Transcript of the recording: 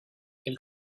elle